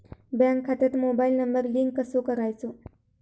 Bank खात्यात mobile number link कसो करायचो?